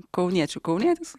kauniečių kaunietis